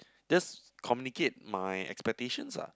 just communicate my expectations lah